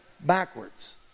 backwards